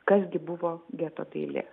kas gi buvo geto dailė